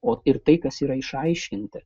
o ir tai kas yra išaiškinta